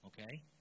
Okay